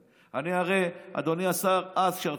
הינה, תקשיב לדודי אמסלם.